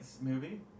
movie